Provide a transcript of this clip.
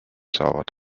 saavad